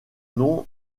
nom